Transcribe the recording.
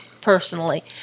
personally